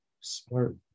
smart